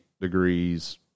degrees